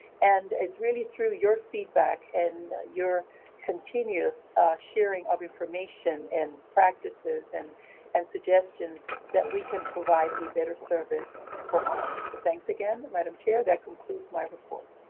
and it's really through your feedback and your continuous sharing of information and practices and and suggestions that we can provide a better service for all. so thanks again. madam chair, that concludes my report.